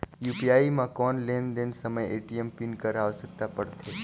UPI म कौन लेन देन समय ए.टी.एम पिन कर आवश्यकता पड़थे?